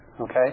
Okay